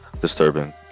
disturbing